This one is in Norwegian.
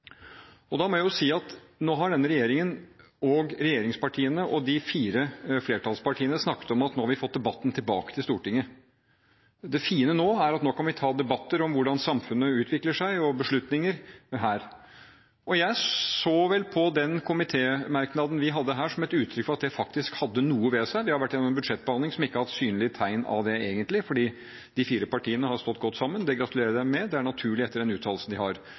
Nå har denne regjeringen, regjeringspartiene og de fire flertallspartiene snakket om at vi har fått debatten tilbake til Stortinget. Det fine er at vi nå kan ta debatter om hvordan samfunnet utvikler seg, og ta beslutninger her. Jeg så på den komitemerknaden vi hadde, som et uttrykk for at den faktisk hadde noe ved seg. Vi har vært igjennom en budsjettbehandling som egentlig ikke har hatt synlige tegn på det, fordi de fire partiene har stått godt sammen. Det gratulerer jeg dem med. Det er naturlig etter den uttalelsen de har.